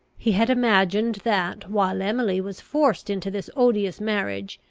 he had imagined that, while emily was forced into this odious marriage,